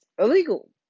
illegal